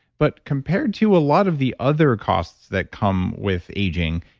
but compared to a lot of the other costs that come with aging,